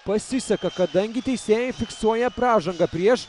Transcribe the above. pasiseka kadangi teisėjai fiksuoja pražangą prieš